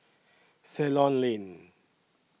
Ceylon Lane